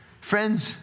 Friends